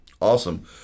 Awesome